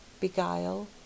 Beguile